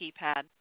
keypad